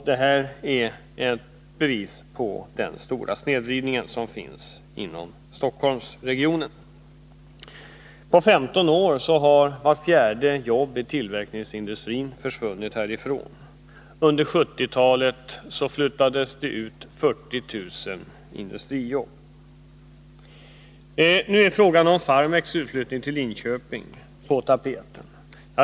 Detta är ett bevis på den stora 2 april 1981 snedvridning som finns inom Stockholmsregionen. På 15 år har vart fjärde jobb i tillverkningsindustrin försvunnit härifrån. Under 1970-talet flyttades 40 000 industrijobb ut från Stockholmsregionen. Nu är frågan om utflyttningen av Farmek till Linköping aktuell.